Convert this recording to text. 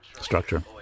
structure